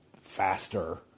faster